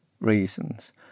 reasons